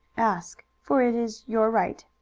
ask, for it is your right.